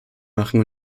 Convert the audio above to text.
machen